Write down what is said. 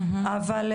אבל,